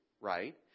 Right